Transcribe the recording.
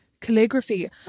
Calligraphy